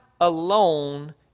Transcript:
alone